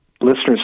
listeners